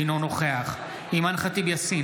אינו נוכח אימאן ח'טיב יאסין,